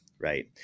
right